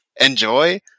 enjoy